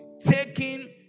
Taking